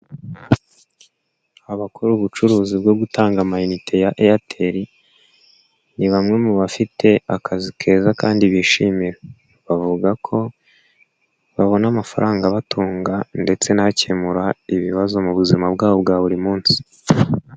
Abakora ubucuruzi bwo gutanga minite ya Airtel, ni bamwe mu bafite akazi keza kandi bishimira, bavuga ko babona amafaranga abatunga ndetse n'akemura ibibazo mu buzima bwabo bwa buri munsi.